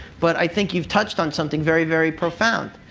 but i think you've touched on something very, very profound,